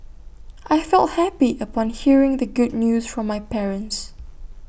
I felt happy upon hearing the good news from my parents